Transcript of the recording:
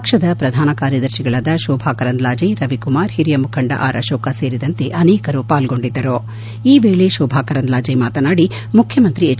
ಪಕ್ಷದ ಪ್ರಧಾನ ಕಾರ್ಯದರ್ತಿಗಳಾದ ಶೋಭಾ ಕರಂದ್ಲಾಜೆ ರವಿಕುಮಾರ್ ಹಿರಿಯ ಮುಖಂಡ ಆರ್ ಅಶೋಕ ಸೇರಿದಂತೆ ಅನೇಕರು ಪಾಲ್ಗೊಂಡಿದ್ದರು ಈ ವೇಳೆ ಶೋಭಾ ಕರಂದ್ಲಾಜೆ ಮಾತನಾಡಿ ಮುಖ್ಯ ಮಂತ್ರಿ ಹೆಚ್